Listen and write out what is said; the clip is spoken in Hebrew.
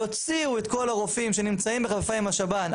יוציאו את כל הרופאים שנמצאים בחפיפה עם השב"ן,